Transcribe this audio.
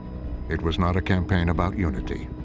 it was not a campaign about unity.